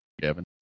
Kevin